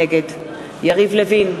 נגד יריב לוין,